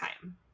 time